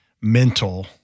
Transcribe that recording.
mental